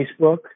Facebook